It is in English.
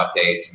updates